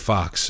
Fox